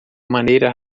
maneira